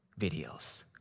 videos